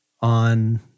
on